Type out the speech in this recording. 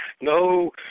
no